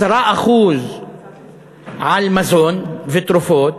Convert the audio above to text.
10% על מזון ותרופות